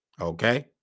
Okay